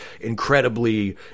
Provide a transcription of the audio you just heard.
incredibly